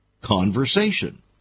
conversation